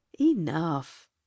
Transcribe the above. enough